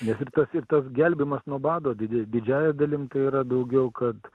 nes ir tas ir tas gelbėjimas nuo bado didžiąja dalim tai yra daugiau kad